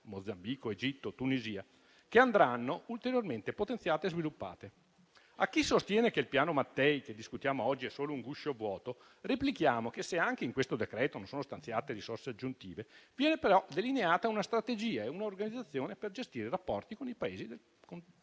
Mozambico, Egitto e Tunisia, che andranno ulteriormente potenziate e sviluppate. A chi sostiene che il Piano Mattei, che discutiamo oggi, è solo un guscio vuoto replichiamo che, se anche in questo decreto non sono stanziate risorse aggiuntive, viene però delineata una strategia e un'organizzazione per gestire i rapporti con i Paesi del Continente